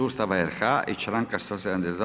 Ustava RH i članka 172.